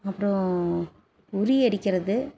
அப்புறோம் உறி அடிக்கிறது